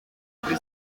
kuri